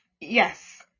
yes